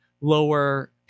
lower